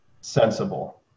sensible